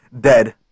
dead